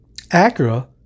Acura